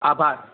આભાર